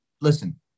listen